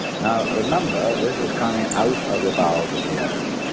now remember, this is coming out of the bowels of the earth,